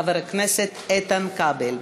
חבר הכנסת איתן כבל.